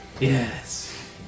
Yes